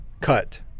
cut